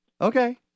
Okay